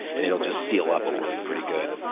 and it'll just seal up a wound pretty good.